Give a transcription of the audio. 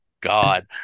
God